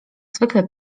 zwykle